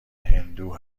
هندو